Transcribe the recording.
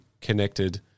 connected